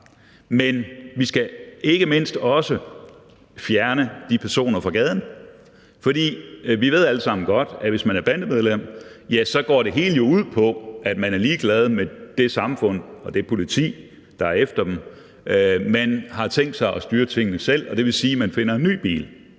mindst skal vi også fjerne de personer fra gaden, for vi ved alle sammen godt, at hvis man er bandemedlem, ja, så går det hele jo ud på, at man er ligeglad med det samfund og det politi, man har efter sig, og at man har tænkt sig at styre tingene selv. Og det vil sige, at man finder en ny bil